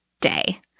day